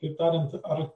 kaip tariant ar